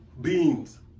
beings